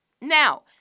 Now